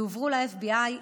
יועברו ל-FBI,